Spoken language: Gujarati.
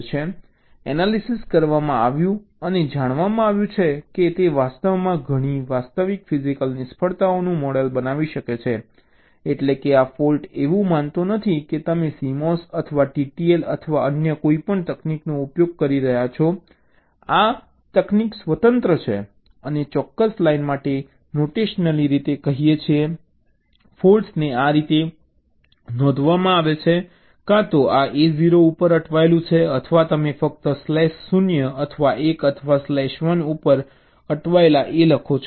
એનાલિસિસ કરવામાં આવ્યું અને જાણવા મળ્યું કે તે વાસ્તવમાં ઘણી વાસ્તવિક ફિઝિકલ નિષ્ફળતાઓનું મોડેલ બનાવી શકે છે એટલેકે આ ફૉલ્ટ એવું માનતો નથી કે તમે CMOS અથવા TTL અથવા અન્ય કોઈપણ તકનીકનો ઉપયોગ કરી રહ્યાં છો આ તકનીક સ્વતંત્ર છે અને ચોક્કસ લાઇન માટે નોટેશનલી રીતે કહીએ છીએ ફૉલ્ટ્સને આ રીતે નોંધવામાં આવે છે કે કાં તો આ A 0 ઉપર અટવાયેલું છે અથવા તમે ફક્ત સ્લેશ 0 અથવા 1 અથવા સ્લેશ 1 ઉપર અટવાયેલા A લખો છો